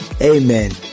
Amen